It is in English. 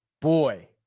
boy